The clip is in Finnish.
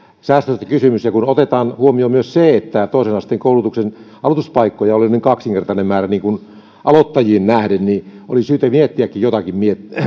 säästöstä kysymys kun otetaan huomioon myös se että toisen asteen koulutuksen aloituspaikkoja oli kaksinkertainen määrä aloittajiin nähden niin oli syytä miettiäkin jotain